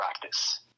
practice